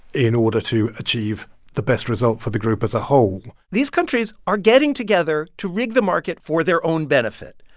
in order to achieve the best result for the group as a whole these countries are getting together to rig the market for their own benefit,